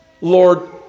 Lord